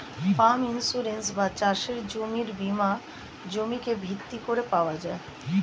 farm insurance বা চাষের জমির বীমা জমিকে ভিত্তি করে পাওয়া যায়